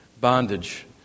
bondage